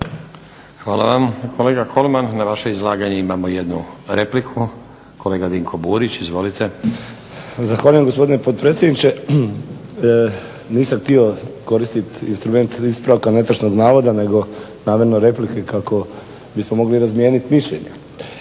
Hvala vam kolega Kolman. Na vaše izlaganje imamo i jednu repliku. Kolega Dinko Burić, izvolite. **Burić, Dinko (HDSSB)** Zahvaljujem gospodine potpredsjedniče. Nisam htio koristiti instrument ispravka netočnog navoda nego namjerno replike kako bismo mogli razmijeniti mišljenja.